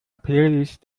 playlist